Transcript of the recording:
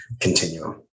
continuum